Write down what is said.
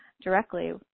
directly